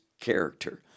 character